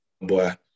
Boy